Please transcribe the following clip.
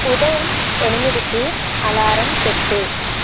ఉదయం ఎనిమిదికి అలారం పెట్టుము